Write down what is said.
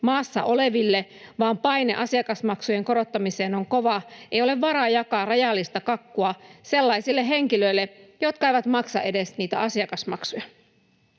maassa oleville vaan paine asiakasmaksujen korottamiseen on kova, ei ole varaa jakaa rajallista kakkua sellaisille henkilöille, jotka eivät maksa edes niitä asiakasmaksuja.